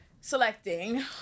selecting